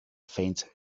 faint